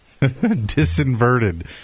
Disinverted